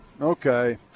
okay